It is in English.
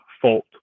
fault